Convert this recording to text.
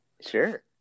Sure